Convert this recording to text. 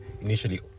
initially